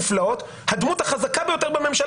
נפלאות הוא לא יוכל לגעת בדמות החזקה ביותר בממשלה.